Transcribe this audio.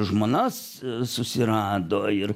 žmonas susirado ir